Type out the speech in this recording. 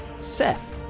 Seth